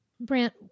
Brant